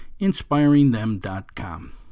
inspiringthem.com